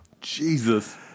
Jesus